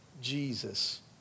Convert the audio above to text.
Jesus